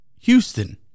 Houston